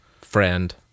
friend